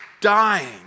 dying